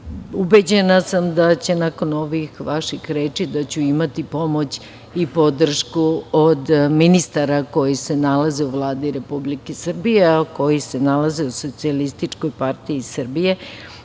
Ubeđena sam da ću nakon ovih vaših reči imati pomoć i podršku od ministara koji se nalaze u Vladi Republike Srbije, a koji se nalaze u SPS, da i